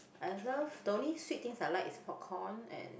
I love the only sweet things I like is popcorn and